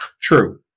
True